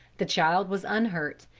the child was unhurt,